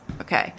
Okay